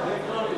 אלקטרונית.